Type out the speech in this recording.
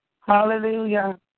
Hallelujah